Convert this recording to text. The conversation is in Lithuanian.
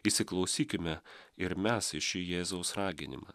įsiklausykime ir mes į šį jėzaus raginimą